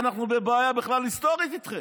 אנחנו בכלל בבעיה היסטורית איתכם.